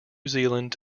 zealand